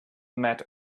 mad